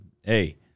hey